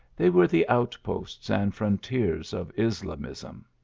they were the out posts and frontiers of islamism.